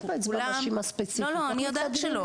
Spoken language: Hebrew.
הכוונה שלי הייתה שאני